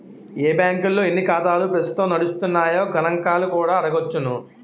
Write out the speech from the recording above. ఏ బాంకుల్లో ఎన్ని ఖాతాలు ప్రస్తుతం నడుస్తున్నాయో గణంకాలు కూడా అడగొచ్చును